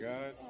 God